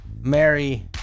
Mary